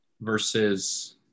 versus